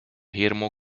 hirmu